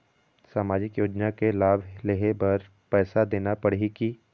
सामाजिक योजना के लाभ लेहे बर पैसा देना पड़ही की?